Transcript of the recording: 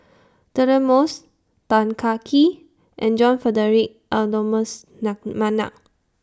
Deirdre Moss Tan Kah Kee and John Frederick Adolphus Mcnair